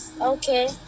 Okay